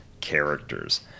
characters